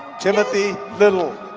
timothy little.